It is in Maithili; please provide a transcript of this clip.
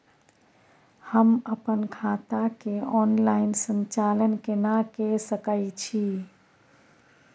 हम अपन खाता के ऑनलाइन संचालन केना के सकै छी?